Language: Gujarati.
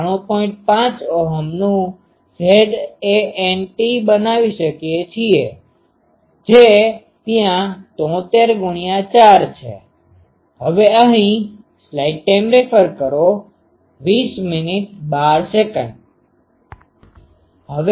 5 Ω નું Zant બનાવી શકીએ છીએ જે ત્યાં 73 ગુણ્યા 4 છે